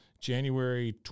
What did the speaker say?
January